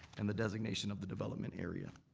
and the designation of the development area.